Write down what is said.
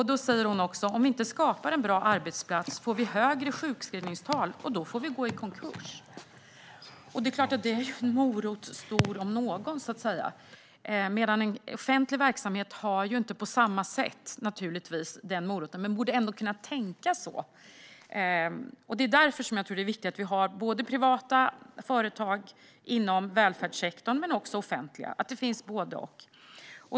Hon säger också att "om vi inte skapar en bra arbetsplats får vi högre sjukskrivningstal och då går vi i konkurs". Det är klart att det är en morot så god som någon. En offentlig verksamhet har naturligtvis inte den moroten på samma sätt, men man borde ändå kunna tänka så, och det är därför som jag tror att det är viktigt att vi har både privata företag och offentliga verksamheter inom välfärdssektorn så att det finns både och.